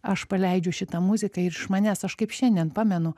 aš paleidžiu šitą muziką ir iš manęs aš kaip šiandien pamenu